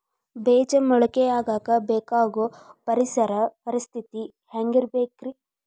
ಬೇಜ ಮೊಳಕೆಯಾಗಕ ಬೇಕಾಗೋ ಪರಿಸರ ಪರಿಸ್ಥಿತಿ ಹ್ಯಾಂಗಿರಬೇಕರೇ?